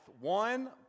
One